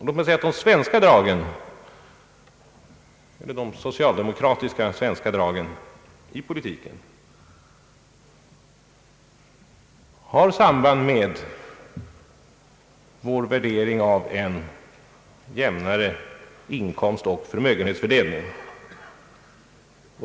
Låt mig säga att de svenska dragen — eller de socialdemokratiska svenska dragen — i politiken har samband med vår värdering av en jämnare inkomstsoch förmögenhetsfördelning.